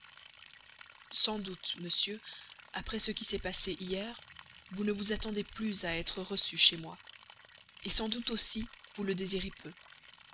sans doute monsieur après ce qui s'est passé hier vous ne vous attendez plus à être reçu chez moi sans doute aussi vous le désirez peu